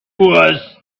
was